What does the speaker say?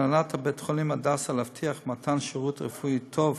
על הנהלת בית-חולים "הדסה" להבטיח מתן שירות רפואי טוב